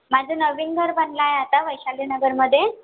माझं नवीन घर बनलं आहे आता वैशालीनगरमध्ये